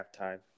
halftime